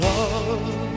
Love